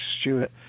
Stewart